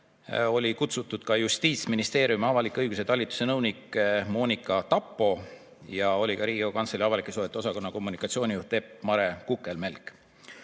oli kutsutud ka Justiitsministeeriumi avaliku õiguse talituse nõunik Monika Tappo ja kohal oli ka Riigikogu Kantselei avalike suhete osakonna kommunikatsioonijuht Epp-Mare Kukemelk.